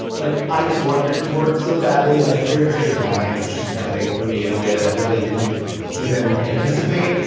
like, i just wanted it to work so badly. like terry fisher dying was just gutting for me in a way that i really didn't even anticipate.